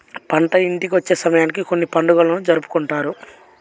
పంట ఇంటికి వచ్చే సమయానికి కొన్ని పండుగలను జరుపుకుంటారు